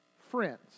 friends